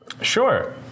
Sure